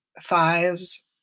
thighs